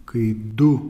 kai du